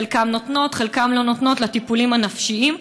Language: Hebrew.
חלקן נותנות, חלקן לא נותנות, לטיפולים הנפשיים.